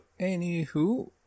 anywho